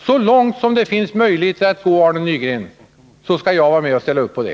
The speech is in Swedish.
Så långt som det finns möjligheter att gå, Arne Nygren, skall jag också ställa upp på det.